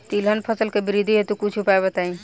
तिलहन फसल के वृद्धि हेतु कुछ उपाय बताई?